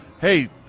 hey